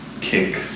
kick